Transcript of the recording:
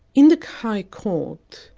in the high court,